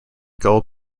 gull